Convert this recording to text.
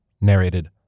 Narrated